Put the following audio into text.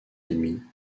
amis